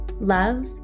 Love